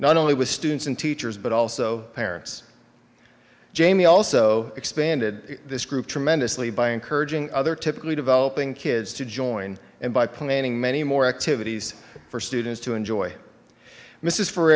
not only with students and teachers but also parents jamie also expanded this group tremendously by encouraging other typically developing kids to join and by planning many more activities for students to enjoy this is for